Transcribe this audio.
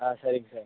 ஆ சரிங்க சார்